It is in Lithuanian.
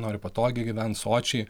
nori patogiai gyvent sočiai